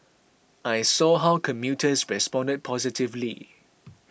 I saw how commuters responded positively